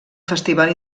festival